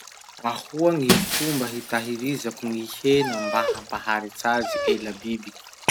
Ahoa gny fomba hitahirizako gny hena mba hampaharitsy azy ela bibiky?